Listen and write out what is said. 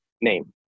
name